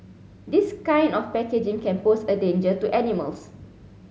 this kind of packaging can pose a danger to animals